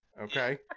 Okay